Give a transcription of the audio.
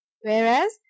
whereas